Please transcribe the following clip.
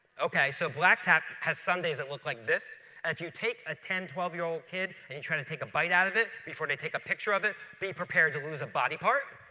okay, so black tap has sundaes that look like this and if you take a ten, twelve year old kid and you try to take a bite out of it before they take a picture of it, be prepared to lose a body part.